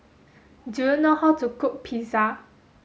do you know how to cook Pizza